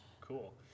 Cool